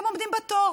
הם עומדים בתור.